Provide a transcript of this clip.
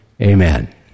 amen